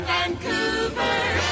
Vancouver